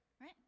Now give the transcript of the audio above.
right